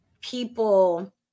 people